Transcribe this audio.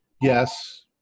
yes